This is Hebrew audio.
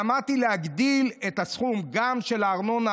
ואמרתי שצריך להגדיל את הסכום של הארנונה